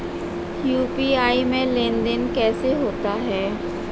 UPI में लेनदेन कैसे होता है?